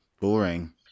boring